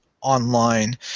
online